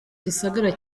gisagara